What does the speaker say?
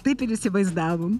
taip ir įsivaizdavom